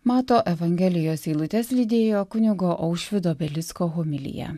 mato evangelijos eilutes lydėjo kunigo aušvydo belicko homilija